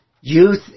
youth